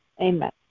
Amen